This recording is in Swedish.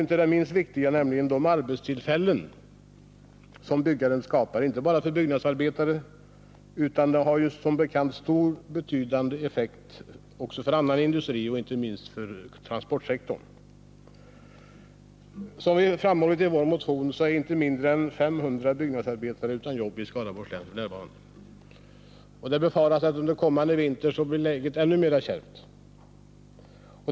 Inte minst viktigt är att arbetstillfällen skapas, inte bara för byggnadsarbetare utan som bekant också för annan industri och inte minst för transportsektorn. Som vi framhållit i vår motion är inte mindre än 500 byggnadsarbetare utan jobb i Skaraborgs län f. n. Det befaras att läget under kommande vinter blir ännu kärvare.